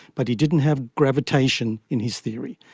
but he didn't have gravitation in his theory.